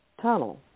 tunnel